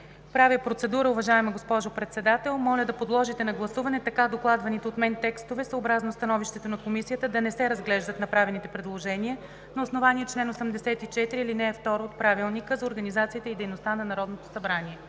Правя процедура, уважаема госпожо Председател. Моля да подложите на гласуване така докладваните от мен текстове. Становището на Комисията е да не се разглеждат направените предложения на основание чл. 84, ал. 2 от Правилника за организацията и дейността на Народното събрание.